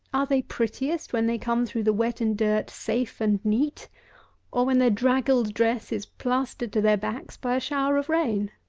are they prettiest when they come through the wet and dirt safe and neat or when their draggled dress is plastered to their backs by a shower of rain?